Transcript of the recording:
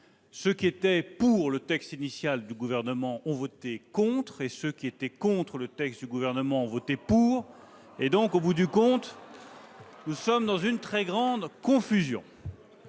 ceux qui étaient pour le texte initial du Gouvernement ont voté contre, et ceux qui étaient contre le texte du Gouvernement ont voté pour. Au bout du compte, nous sommes dans une très grande confusion.